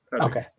Okay